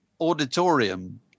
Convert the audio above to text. auditorium